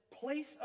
place